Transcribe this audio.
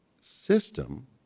system